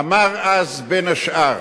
אמר אז, בין השאר: